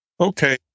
okay